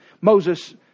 Moses